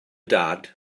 dad